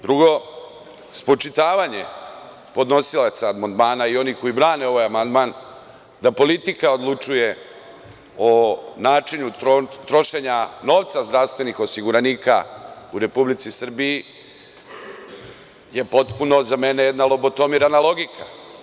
Drugo, spočitavanje podnosilaca amandmana i oni koji brane ovaj amandman da politika odlučuje o načinu trošenja novca zdravstvenih osiguranika u Republici Srbiji je potpuno za mene jedna lobotomirana logika.